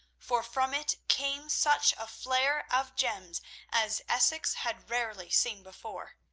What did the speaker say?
for from it came such a flare of gems as essex had rarely seen before.